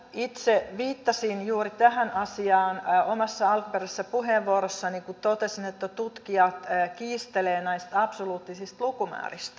itse viittasin juuri tähän asiaan omassa alkuperäisessä puheenvuorossani kun totesin että tutkijat kiistelevät näistä absoluuttisista lukumääristä